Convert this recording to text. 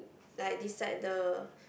like decide the